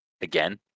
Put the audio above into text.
again